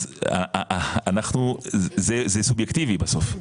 זה סובייקטיבי בסוף,